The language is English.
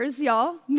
y'all